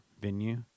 venue